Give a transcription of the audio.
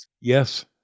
Yes